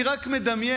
אני רק מדמיין,